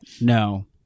no